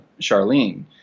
Charlene